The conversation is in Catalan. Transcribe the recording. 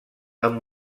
amb